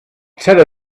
tel